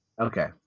Okay